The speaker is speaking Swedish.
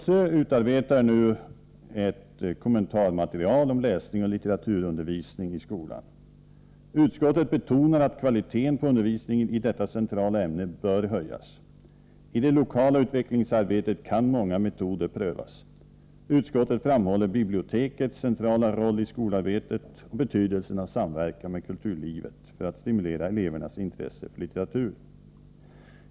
SÖ utarbetar nu ett kommentarmaterial om läsning och litteraturundervisning i skolan. Utskottet betonar att kvaliteten på undervisningen i detta centrala ämne bör höjas. I det lokala utvecklingsarbetet kan många metoder prövas. Utskottet framhåller bibliotekets centrala roll i skolarbetet och betydelsen av samverkan med kulturlivet för att stimulera elevernas intresse för litteratur.